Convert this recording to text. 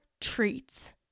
treats